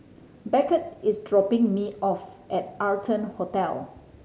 Beckett is dropping me off at Arton Hotel